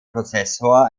prozessor